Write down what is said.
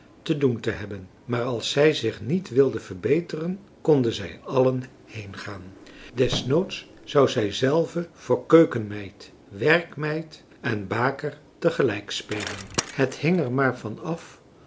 te doen te hebben maar als zij zich niet wilden verbeteren konden zij allen heengaan des noods zou zij zelve voor keukenmeid werkmeid en baker tegelijk spelen het hing er maar van af